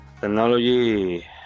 Technology